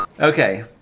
Okay